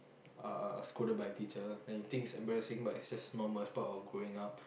uh scolded by teacher and if you think is embarrassing but is just normal it's part of growing up